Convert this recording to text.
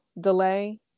delay